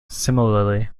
similarly